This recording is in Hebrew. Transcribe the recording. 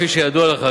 כפי שידוע לך,